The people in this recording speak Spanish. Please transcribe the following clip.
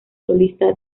solista